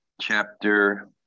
Chapter